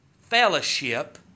fellowship